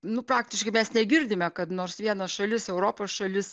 nu praktiškai mes negirdime kad nors viena šalis europos šalis